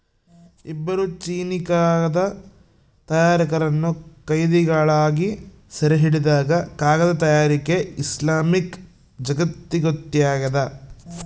ಇಬ್ಬರು ಚೀನೀಕಾಗದ ತಯಾರಕರನ್ನು ಕೈದಿಗಳಾಗಿ ಸೆರೆಹಿಡಿದಾಗ ಕಾಗದ ತಯಾರಿಕೆ ಇಸ್ಲಾಮಿಕ್ ಜಗತ್ತಿಗೊತ್ತಾಗ್ಯದ